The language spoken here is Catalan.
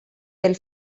del